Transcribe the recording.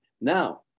Now